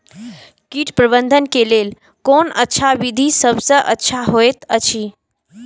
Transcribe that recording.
कीट प्रबंधन के लेल कोन अच्छा विधि सबसँ अच्छा होयत अछि?